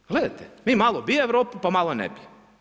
Pa gledajte, mi malo bi Europu, pa malo ne bi.